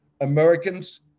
Americans